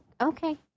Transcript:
okay